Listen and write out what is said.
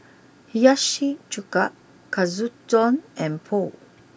Hiyashi Chuka Katsudon and Pho